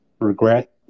regret